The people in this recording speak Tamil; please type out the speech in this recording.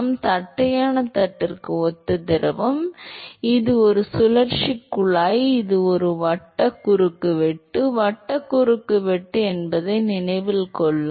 எனவே தட்டையான தட்டுக்கு ஒத்த திரவம் இது ஒரு சுழற்சி குழாய் இது ஒரு வட்ட குறுக்குவெட்டு வட்ட குறுக்குவெட்டு என்பதை நினைவில் கொள்க